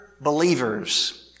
believers